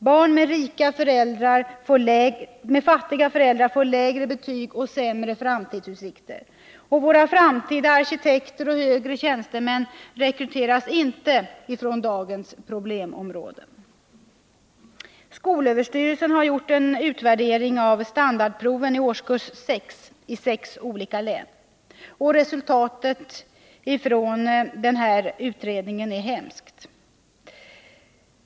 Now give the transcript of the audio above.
Barn med fattiga föräldrar får lägre betyg och sämre framtidsutsikter. Våra framtida arkitekter och högre tjänstemän rekryteras inte från dagens problemområden. SÖ har gjort en utvärdering av standardproven i årskurs 6 i sex olika län. Resultatet är hemskt.